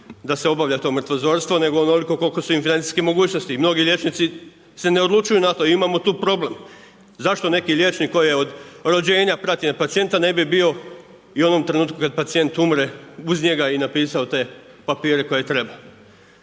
da se obavlja to mrtvozorstvo, nego onoliko koliko su im financijske mogućnosti. Mnogi liječnici se ne odlučuju na to i imamo tu problem. Zašto neki liječnik koji od rođenja prati pacijenta ne bi bio i u onom trenutku kada pacijent umre uz njega i napisao te papire koje treba.